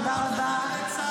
תודה רבה.